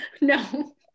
no